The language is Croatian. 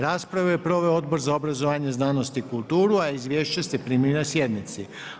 Rasprave je proveo Odbor za obrazovanje, znanost i kulturu, a izvješće ste primili na sjednici.